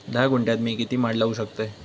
धा गुंठयात मी किती माड लावू शकतय?